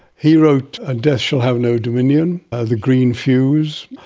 he wrote and death shall have no dominion, ah the green fuse,